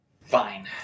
Fine